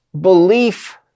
belief